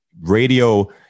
Radio